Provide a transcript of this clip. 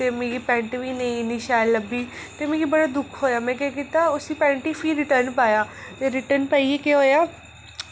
ते मिगी पैंट बी निं इन्नी शैल लब्भी ते मिगी बड़ा दुख होएआ ते में केह् कीता उसी फ्ही रिटर्न पाया ते रिटर्न पाइयै केह् होएआ